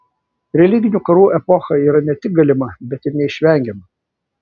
religinių karų epocha yra ne tik galima bet ir neišvengiama